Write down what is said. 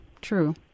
true